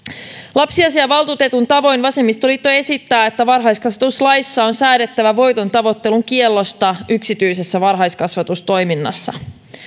lapsiasiavaltuutetun tavoin vasemmistoliitto esittää että varhaiskasvatuslaissa on säädettävä voitontavoittelun kiellosta yksityisessä varhaiskasvatustoiminnassa